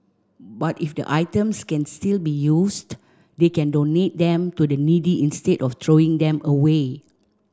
but if the items can still be used they can donate them to the needy instead of throwing them away